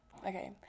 Okay